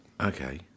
Okay